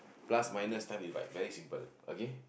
plus minus times divide very simple